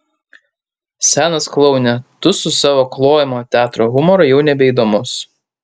senas kloune tu su savo klojimo teatro humoru jau nebeįdomus